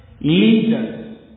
leaders